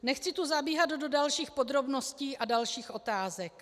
Nechci tu zabíhat do dalších podrobností a dalších otázek.